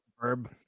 verb